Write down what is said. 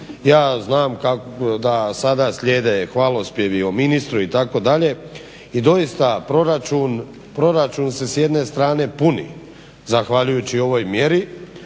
Ja znam da sada slijede hvalospjevi o ministru itd., i doista proračun se s jedne strane puni zahvaljujući ovoj mjeri,